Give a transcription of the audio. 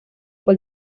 fue